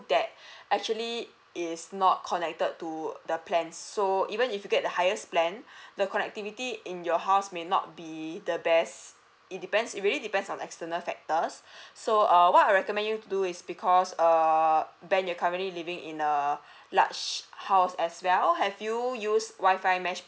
that actually is not connected to the plans so even if you get the highest plan the connectivity in your house may not be the best it depends it really depends on external factors so err what I recommend you to do is because err ben you're currently living in err large house as well have you use WI-FI mesh